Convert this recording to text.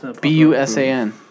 B-U-S-A-N